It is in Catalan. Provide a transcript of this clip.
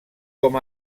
com